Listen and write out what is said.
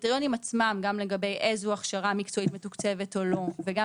הקריטריונים עצמם גם לגבי איזו הכשרה מקצועית מתוקצבת או לא וגם